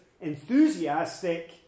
enthusiastic